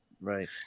Right